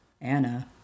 Anna